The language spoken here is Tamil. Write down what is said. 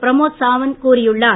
பிரமோத் சாவந்த் கூறியுள்ளார்